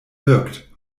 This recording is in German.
wirkt